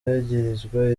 yagirizwa